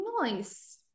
nice